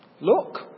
look